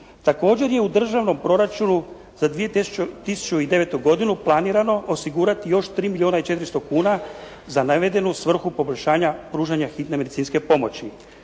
Također je u Državnom proračunu za 2009. planirano osigurati još 3 milijuna i 400 kuna za navedenu svrhu poboljšanja pružanja hitne medicinske pomoći.